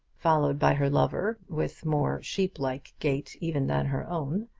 followed by her lover with more sheep-like gait even than her own,